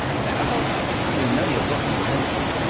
so a whole range. you know your botany, don't you.